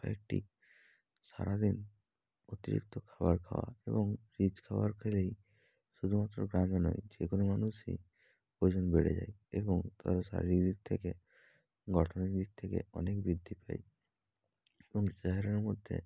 কয়েকটি সারাদিন অতিরিক্ত খাবার খাওয়া এবং রিচ খাবার খেলেই শুধুমাত্র গ্রামে নয় যে কোনো মানুষই ওজন বেড়ে যায় এবং তাদের শারীরিক দিক থেকে গঠনের দিক থেকে অনেক বৃদ্ধি পায় এবং চেহারার মধ্যে